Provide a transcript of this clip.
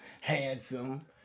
handsome